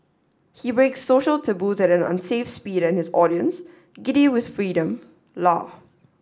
he breaks social taboos at an unsafe speed and his audience giddy with freedom laugh